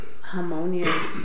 harmonious